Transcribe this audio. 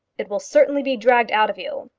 it will certainly be dragged out of you.